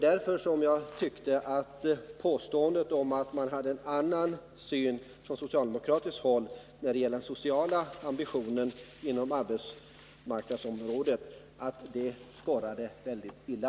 Därför tyckte jag att påståendet att man på socialdemokratiskt håll har en annan syn på den sociala ambitionen inom arbetsmarknadsområdet skorrade väldigt illa.